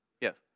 Yes